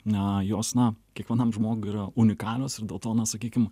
na jos na kiekvienam žmogui yra unikalios ir dėl to na sakykim